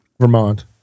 Vermont